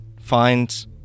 find